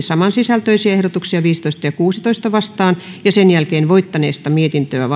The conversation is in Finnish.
samansisältöisiä ehdotuksia viisitoista ja kuuteentoista vastaan ja sitten voittaneesta mietintöä